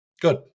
Good